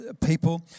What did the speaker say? people